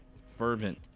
Fervent